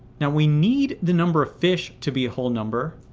now we need the number of fish to be a whole number,